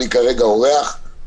אני כרגע אורח,